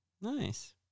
Nice